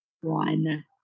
one